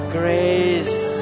grace